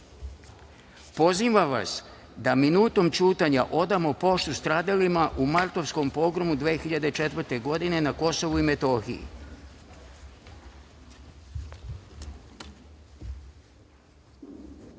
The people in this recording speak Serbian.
vas da minutom ćutanja odamo poštu stradalima u martovskom pogromu 2004. godine na Kosovu i Metohiji. Neka